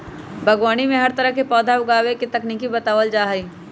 बागवानी में हर तरह के पौधा उगावे के तकनीक बतावल जा हई